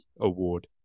award